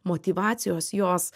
motyvacijos jos